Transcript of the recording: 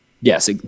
Yes